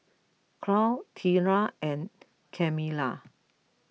Claud Treena and Camilla